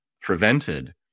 prevented